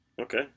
Okay